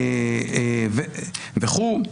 וכו.